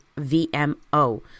VMO